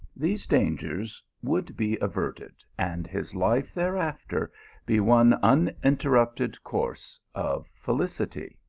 these dangers would be averted, and his life thereafter be one uninterrupted course of felicity.